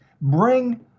bring